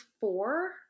four